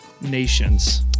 Nations